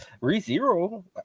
re-zero